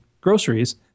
groceries